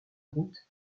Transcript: route